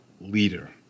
leader